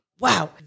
Wow